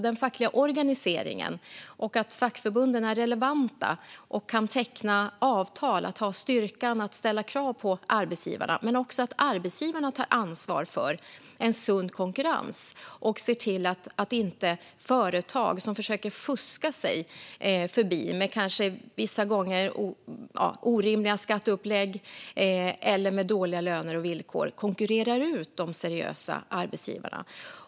Den fackliga organiseringen och fackförbunden måste vara relevanta, kunna teckna avtal och ha styrkan att ställa krav på arbetsgivarna. Arbetsgivarna måste också ta ansvar för en sund konkurrens och se till att inte företag som försöker fuska sig förbi med vissa gånger orimliga skatteupplägg eller dåliga löner och villkor konkurrerar ut de seriösa arbetsgivarna.